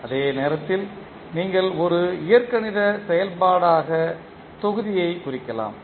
அதே நேரத்தில் நீங்கள் ஒரு இயற்கணித செயல்பாடாக தொகுதியைக் குறிக்கலாம்